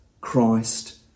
Christ